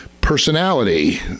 personality